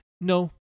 no